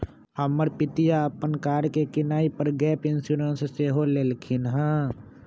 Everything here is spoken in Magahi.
हमर पितिया अप्पन कार के किनाइ पर गैप इंश्योरेंस सेहो लेलखिन्ह्